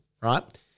right